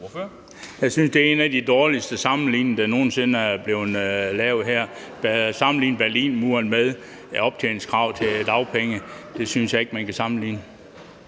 Jeg synes, det er en af de dårligste sammenligninger, der nogen sinde er blevet lavet her. At sammenligne Berlinmuren med optjeningskravet til dagpenge, synes jeg ikke man kan gøre.